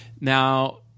Now